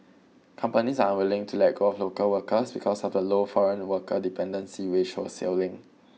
companies are unwilling to let go of local workers because of the low foreign worker dependency ratio ceiling